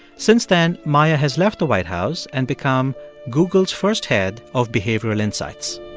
since then, maya has left the white house and become google's first head of behavioral insights